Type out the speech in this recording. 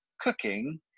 cooking